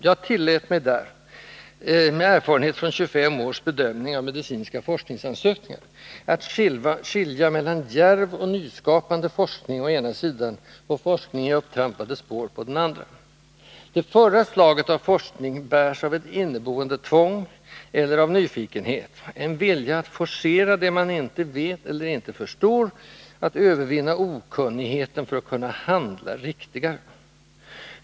Jag tillät mig där, med erfarenhet från 25 års bedömning av medicinska forskningsansökningar, att skilja mellan djärv och nyskapande forskning å den ena sidan och forskning i upptrampade spår å den andra. Det förra slaget av forskning bärs av ett inneboende tvång, eller av nyfikenhet, en vilja att forcera det man inte vet eller inte förstår, att övervinna okunnigheten för att kunna handla riktigare.